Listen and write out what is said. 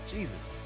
Jesus